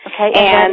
Okay